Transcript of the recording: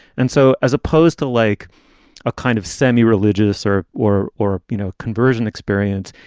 and so as opposed to like a kind of semi religious or or or, you know, conversion experience,